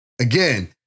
again